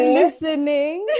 listening